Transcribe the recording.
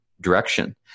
direction